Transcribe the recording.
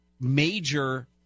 major –